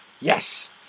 Yes